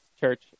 church